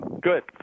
Good